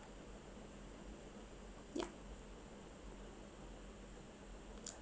ya